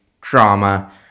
drama